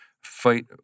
fight